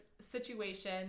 situation